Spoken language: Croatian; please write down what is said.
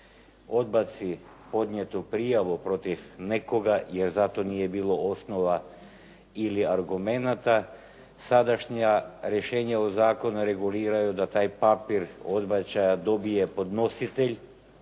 odbaci podnijetu prijavu protiv nekoga jer za to nije bilo osnova ili argumenata. Sadašnja rješenja u zakonu reguliraju da taj papir odbačaja dobije podnositelj,